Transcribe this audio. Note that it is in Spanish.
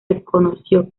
reconoció